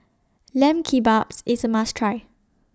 Lamb Kebabs IS A must Try